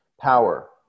power